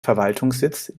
verwaltungssitz